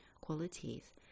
qualities